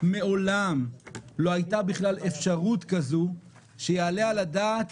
מעולם לא הייתה בכלל אפשרות כזאת שיעלה על הדעת